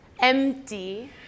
empty